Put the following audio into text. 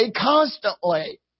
constantly